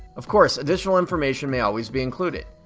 of course additional information may always be included.